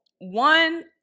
one